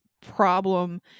problem